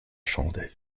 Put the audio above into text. chandelle